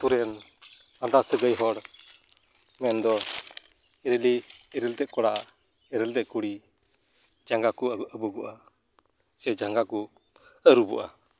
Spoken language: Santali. ᱟᱹᱛᱩ ᱨᱮᱱ ᱞᱟᱸᱫᱟ ᱥᱟᱹᱜᱟᱹᱭ ᱦᱚᱲ ᱢᱮᱱᱫᱚ ᱤᱨᱤᱞᱤ ᱤᱨᱤᱞ ᱛᱮᱫ ᱠᱚᱲᱟ ᱤᱨᱤᱞ ᱛᱮᱫ ᱠᱩᱲᱤ ᱡᱟᱸᱜᱟ ᱠᱚ ᱟᱵᱩᱜᱚᱜᱼᱟ ᱥᱮ ᱡᱟᱸᱜᱟ ᱠᱚ ᱟᱹᱨᱩᱵᱚᱜᱼᱟ